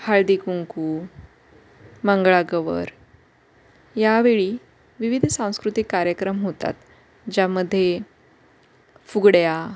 हळदीकुंकू मंगळागौर यावेळी विविध सांस्कृतिक कार्यक्रम होतात ज्यामध्ये फुगड्या